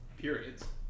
periods